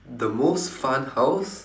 the most fun house